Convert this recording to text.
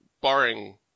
barring